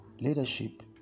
leadership